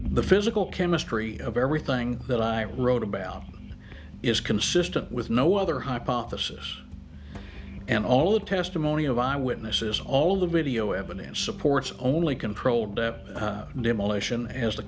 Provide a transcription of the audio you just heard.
the physical chemistry of everything that i wrote about is consistent with no other hypothesis and all the testimony of eyewitnesses all of the video evidence supports only control demolition as the